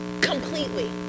Completely